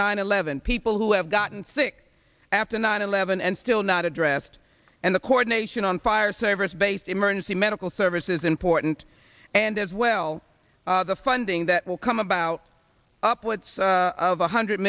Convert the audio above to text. nine eleven people who have gotten sick after nine eleven and still not addressed and the coordination on fire service based emergency medical services important and as well the funding that will come about upwards of one hundred